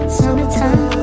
summertime